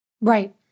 Right